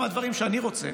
גם על דברים שאני רוצה,